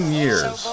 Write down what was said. years